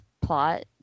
plot